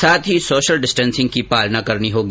साथ ही social distancing की पालना करनी होगी